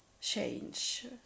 change